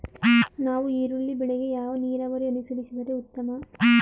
ನಾವು ಈರುಳ್ಳಿ ಬೆಳೆಗೆ ಯಾವ ನೀರಾವರಿ ಅನುಸರಿಸಿದರೆ ಉತ್ತಮ?